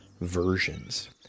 versions